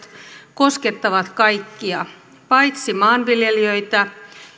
koskettavat kaikkia paitsi maanviljelijöitä